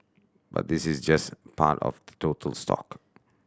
but this is just part of the total stock